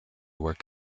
work